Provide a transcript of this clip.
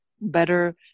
better